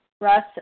Russ